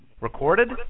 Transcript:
Recorded